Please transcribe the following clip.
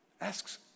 Asks